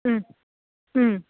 മ്മ് മ്മ്